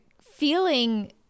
feeling